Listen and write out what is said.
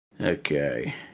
Okay